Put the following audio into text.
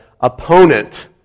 opponent